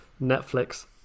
netflix